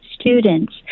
students